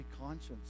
conscience